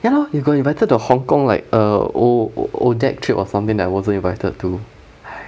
ya lor you got invited to hong kong like err o~ O_DAC trip or something that I wasn't invited to